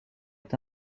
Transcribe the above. est